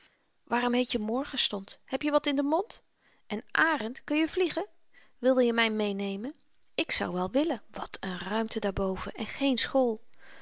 waarom heetje morgenstond hebje wat in den mond en arend kunje vliegen wilje my meenemen ik zou wel willen wat n ruimte daarboven en geen school